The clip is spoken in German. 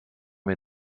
wir